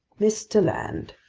mr. land,